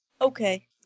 Okay